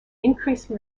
increasing